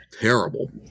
terrible